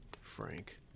Frank